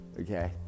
okay